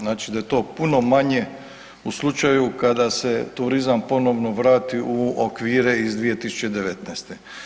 Znači da je to puno manje u slučaju kada se turizam ponovno vrati u okvire iz 2019.